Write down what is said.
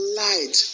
light